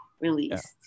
released